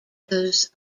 those